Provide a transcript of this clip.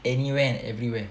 anywhere and everywhere